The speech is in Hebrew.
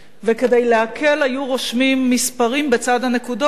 וכדי להקל היו רושמים מספרים בצד הנקודות כדי